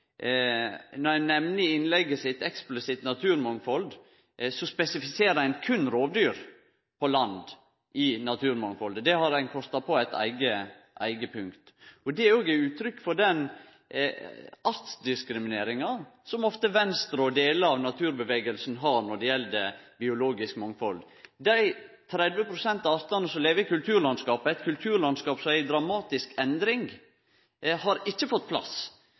Når ho nemner i innlegget sitt eksplisitt naturmangfald, spesifiserer ein berre rovdyr på land. Det har ein kosta på eit eige punkt. Det òg er uttrykk for den artsdiskrimineringa som ofte Venstre og delar av naturrørsla har når det gjeld biologisk mangfald. Dei 30 pst. av artane som lever i kulturlandskapet, eit kulturlandskap som er i dramatisk endring, har ikkje fått plass